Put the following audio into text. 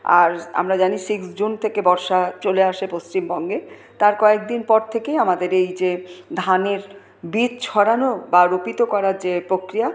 আর আমরা জানি six June থেকে বর্ষা চলে আসে পশ্চিমবঙ্গে তার কয়েকদিন পর থেকেই আমাদের এই যে ধানের বীজ ছড়ানো বা রুপিত করার যে প্রক্রিয়া